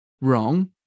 wrong